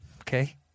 Okay